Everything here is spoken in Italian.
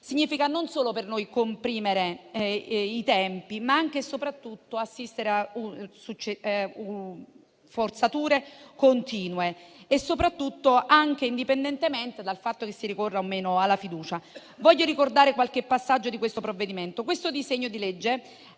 significa per noi non solo comprimere i tempi, ma anche e soprattutto assistere a forzature continue, anche indipendentemente dal fatto che si ricorra o meno alla fiducia. Voglio ricordare qualche passaggio di questo provvedimento. Il disegno di legge